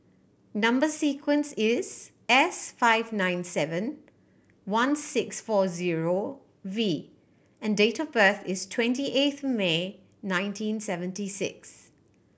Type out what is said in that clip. number sequence is S five nine seven one six four zero V and date of birth is twenty eighth May nineteen seventy six